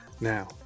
Now